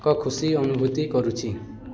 ଏକ ଖୁସି ଅନୁଭୂତି କରୁଛି